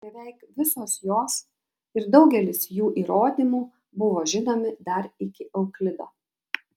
beveik visos jos ir daugelis jų įrodymų buvo žinomi dar iki euklido